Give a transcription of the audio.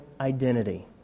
identity